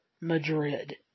Madrid